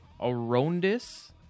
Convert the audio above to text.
Arondis